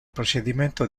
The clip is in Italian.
procedimento